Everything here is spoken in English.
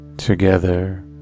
Together